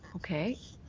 okay.